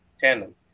tandem